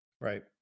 Right